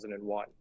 2001